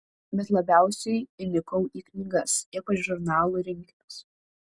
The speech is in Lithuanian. bet labiausiai įnikau į knygas ypač žurnalų rinkinius